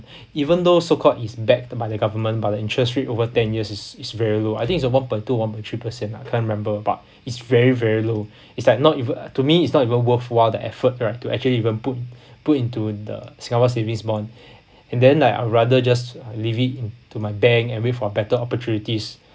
even though so called is backed by the government but the interest rate over ten years is is very low I think it's about one point two one of the tree percent I can't remember but it's very very low it's like not even to me it's not even worthwhile the effort right to actually even put put into the singapore savings bond and then I rather just leave it in to my bank and wait for better opportunities